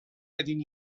qegħdin